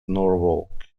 norwalk